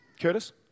Curtis